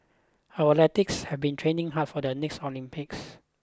our have been training hard for the next Olympics